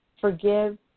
Forgive